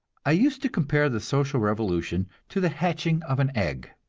i used to compare the social revolution to the hatching of an egg.